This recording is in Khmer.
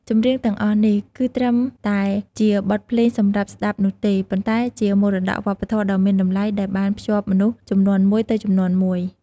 ចម្រៀងទាំងអស់នេះ គឺត្រឹមតែជាបទភ្លេងសម្រាប់ស្តាប់នោះទេ ប៉ុន្តែជាមរតកវប្បធម៌ដ៏មានតម្លៃដែលបានភ្ជាប់មនុស្សជំនាន់មួយទៅជំនាន់មួយ។